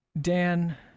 Dan